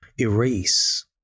erase